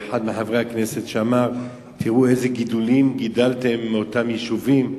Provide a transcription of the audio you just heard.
אחד מחברי הכנסת שאמר: תראו איזה מין גידולים גידלתם באותם יישובים,